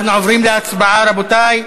אנחנו עוברים להצבעה, רבותי.